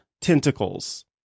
tentacles